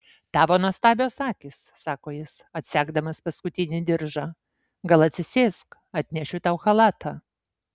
tavo nuostabios akys sako jis atsegdamas paskutinį diržą gal atsisėsk atnešiu tau chalatą